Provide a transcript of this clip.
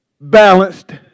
balanced